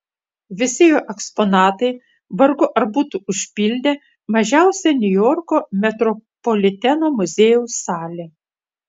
visi jo eksponatai vargu ar būtų užpildę mažiausią niujorko metropoliteno muziejaus salę